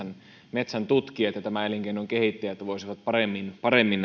metsäntutkijat ja tämän elinkeinon kehittäjät voisivat paremmin paremmin